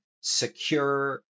secure